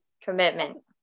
Commitment